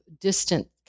distant